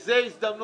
זה היה מאוד,